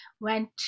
went